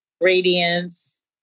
Radiance